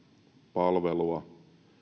palvelua